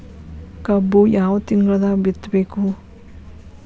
ಕಬ್ಬು ಯಾವ ತಿಂಗಳದಾಗ ಬಿತ್ತಬೇಕು?